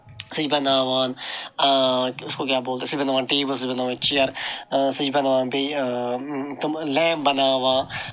سُہ چھِ بَناوان اُس کو کیٛاہ بولتے سُہ چھِ بَناوان ٹیبٕلٕز بَنایہِ چِیَر سُہ چھِ بَناوان بیٚیہِ تِم لیمپ بَناوان